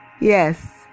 Yes